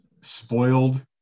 spoiled